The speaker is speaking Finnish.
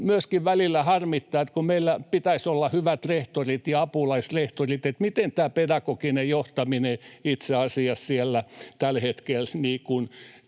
myöskin välillä harmittaa, kun meillä pitäisi olla hyvät rehtorit ja apulaisrehtorit, että miten tämä pedagoginen johtaminen itse asiassa siellä tällä hetkellä